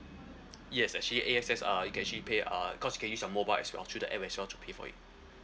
yes actually A_X_S uh you can actually pay uh cause you can use your mobile as well through the app as well to pay for it